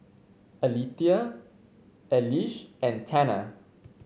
Alethea Elige and Tanner